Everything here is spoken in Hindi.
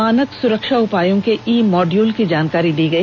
मानक सुरक्षा उपायों के इ मॉड्यूल की जानकारी दी गई